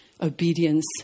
obedience